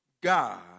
God